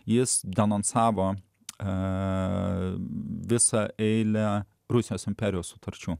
jis denonsavo e visą eilę rusijos imperijos sutarčių